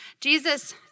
Jesus